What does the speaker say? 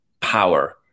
power